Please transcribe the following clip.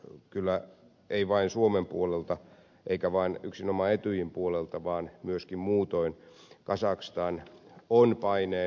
en kyllä eikä vain suomen puolelta eikä vain yksinomaan etyjin puolelta vaan myöskin muutoin kazakstan on paineen alla